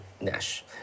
Nash